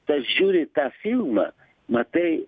tas žiūri tą filmą matai